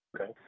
okay